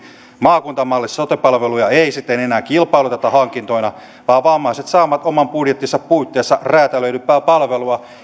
maakuntamallissa sote palveluja ei siten enää kilpailuteta hankintoina vaan vammaiset saavat oman budjettinsa puitteissa räätälöidympää palvelua ja he